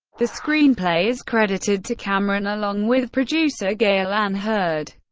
the screenplay is credited to cameron, along with producer gale anne hurd.